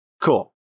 Cool